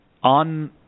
On